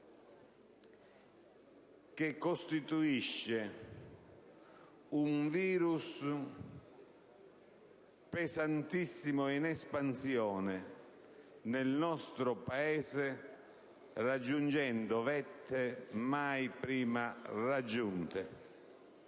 che costituisce un virus gravissimo, in espansione nel nostro Paese, raggiungendo livelli mai prima raggiunti.